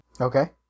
Okay